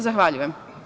Zahvaljujem.